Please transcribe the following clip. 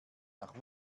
nach